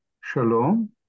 Shalom